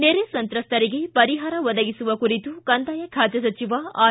ನೆರೆ ಸಂತ್ರಸ್ತರಿಗೆ ಪರಿಹಾರ ಒದಗಿಸುವ ಕುರಿತು ಕಂದಾಯ ಖಾತೆ ಸಚಿವ ಆರ್